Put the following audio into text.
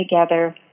together